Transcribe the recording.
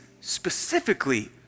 specifically